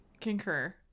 concur